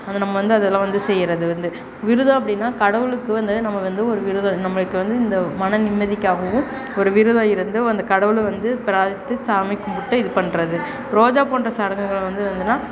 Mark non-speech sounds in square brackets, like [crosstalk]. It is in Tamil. அதை நம்ம வந்து அதெல்லாம் வந்து செய்வது வந்து விரதம் அப்படின்னா கடவுளுக்கு வந்து நம்ம வந்து ஒரு விரதம் நம்மளுக்கு வந்து இந்த மன நிம்மதிக்காகவும் ஒரு விரதம் இருந்து அந்த கடவுள் வந்து பிரார்த்தித்து சாமி கும்பிட்டு இது பண்ணுறது [unintelligible]